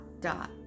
dot